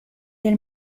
del